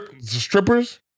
strippers